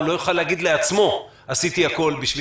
הוא לא יוכל להגיד לעצמו "עשיתי הכול".